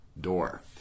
door